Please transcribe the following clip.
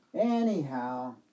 Anyhow